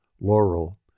Laurel